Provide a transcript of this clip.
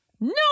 No